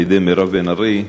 על-ידי מירב בן ארי,